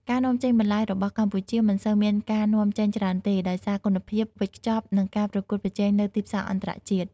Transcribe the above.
ការនាំចេញបន្លែរបស់កម្ពុជាមិនសូវមានការនាំចេញច្រើនទេ ដោយសារគុណភាព វេចខ្ចប់ និងការប្រកួតប្រជែងនៅទីផ្សារអន្តរជាតិ។